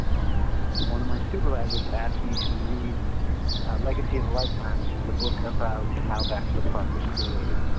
and one of my supervisors asked me to read legacy of a lifetime which is a book about how baxter park was created.